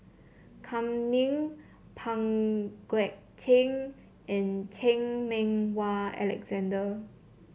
Kam Ning Pang Guek Cheng and Chan Meng Wah Alexander